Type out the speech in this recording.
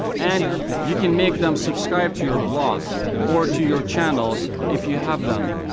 and you can make them subscribe to your blog or to your channels if you have them,